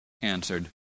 answered